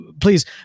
Please